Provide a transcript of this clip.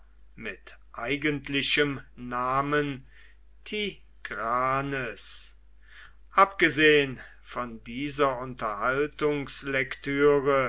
mit eigentlichem namen tigranes abgesehen von dieser